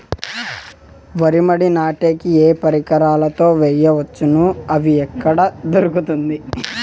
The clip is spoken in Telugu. వరి మడి నాటే కి ఏ పరికరాలు తో వేయవచ్చును అవి ఎక్కడ దొరుకుతుంది?